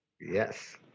Yes